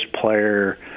player